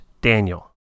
Daniel